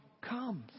comes